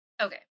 Okay